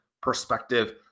perspective